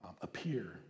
appear